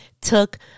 took